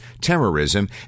terrorism